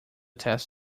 test